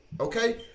Okay